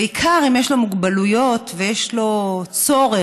בעיקר אם יש לו מוגבלויות ויש לו צורך,